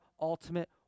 ultimate